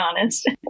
honest